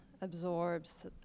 absorbs